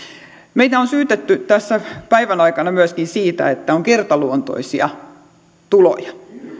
meitä on syytetty tässä päivän aikana myöskin siitä että on kertaluontoisia tuloja